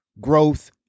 growth